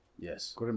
Yes